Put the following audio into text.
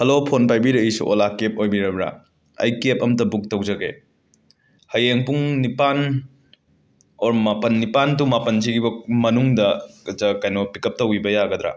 hello phone ꯄꯥꯏꯕꯤꯔꯛꯏꯁꯦ Ola cab ꯑꯣꯏꯕꯤꯔꯕ꯭ꯔꯥ ꯑꯩ ꯀꯦꯞ ꯑꯝꯇ ꯕꯨꯛ ꯇꯧꯖꯒꯦ ꯍꯌꯦꯡ ꯄꯨꯡ ꯅꯤꯄꯥꯟ ꯑꯣꯔ ꯃꯥꯄꯟ ꯅꯤꯄꯥꯟ ꯇꯨ ꯃꯥꯄꯟ ꯁꯤꯕꯣꯛ ꯃꯅꯨꯡꯗ ꯆ ꯀꯩꯅꯣ ꯄꯤꯀꯞ ꯇꯧꯕꯤꯕ ꯌꯥꯒꯗ꯭ꯔꯥ